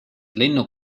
lennuk